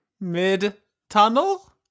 mid-tunnel